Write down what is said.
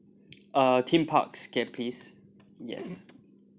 uh theme parks can please yes